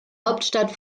hauptstadt